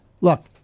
Look